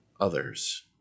others